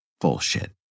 Bullshit